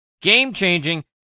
game-changing